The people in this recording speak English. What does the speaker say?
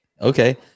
Okay